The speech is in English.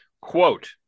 quote